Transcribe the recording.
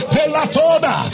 Pelatoda